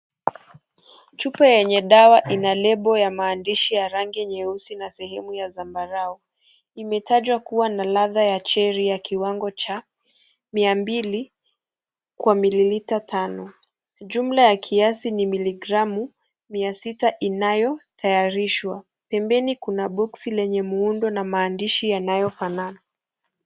Chupo yenye dawa ina lebo ya maandishi ya rangi nyeusi na sehemu ya zambarao, imetajwa kuwa na ladha ya (CS)cherry(CS) ya kiwango cha, mia mbili kwa mililita tano, jumla ya kiasi ni miligramu, mia sita inayotayarishwa. Pembeni kuna (CS)boxi(CS)lenye muundo na maandishi yanayo fanana.